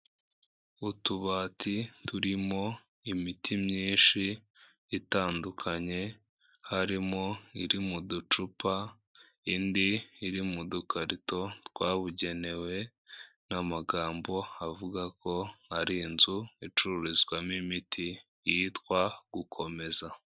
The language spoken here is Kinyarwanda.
Utubati turimo imiti myinshi itandukanye, harimo iri mu ducupa, indi iri mu dukarito twabugenewe n'amagambo avuga ko ari inzu icururizwamo imiti yitwa Gukomeza.